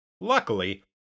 Luckily